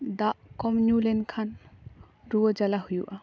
ᱫᱟᱜ ᱠᱚᱢ ᱧᱩ ᱞᱮᱱᱠᱷᱟᱱ ᱨᱩᱭᱟᱹ ᱡᱟᱞᱟ ᱦᱩᱭᱩᱜᱼᱟ